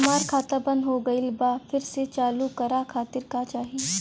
हमार खाता बंद हो गइल बा फिर से चालू करा खातिर का चाही?